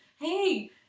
hey